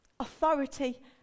authority